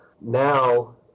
now